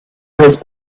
his